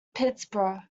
pittsburgh